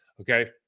Okay